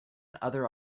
other